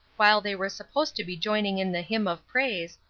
while they were supposed to be joining in the hymn of praise,